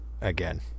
again